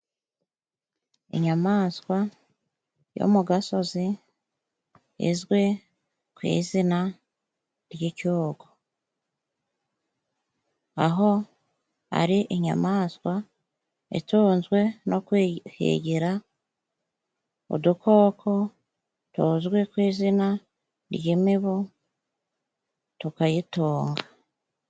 Inyamaswa yo mu gasozi izwi ku izina ry'icyugu, aho ari inyamaswa itunzwe no kwihigira udukoko tuzwi ku izina ry'imibu tukayitunga.